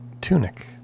tunic